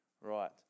Right